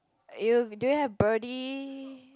you do you have birdie